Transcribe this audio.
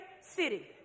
city